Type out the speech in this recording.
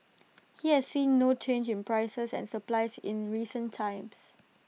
he has seen no change in prices and supplies in recent times